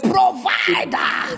Provider